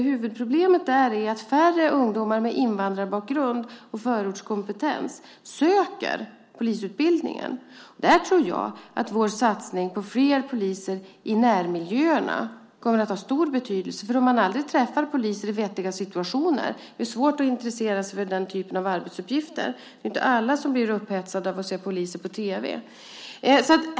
Huvudproblemet är nämligen att färre ungdomar med invandrarbakgrund och förortskompetens söker polisutbildningen. Där tror jag att vår satsning på fler poliser i närmiljöerna kommer att ha stor betydelse. Om man aldrig träffar poliser i vettiga situationer är det ju svårt att intressera sig för den typen av arbetsuppgifter. Det är inte alla som blir upphetsade av att se poliser på tv.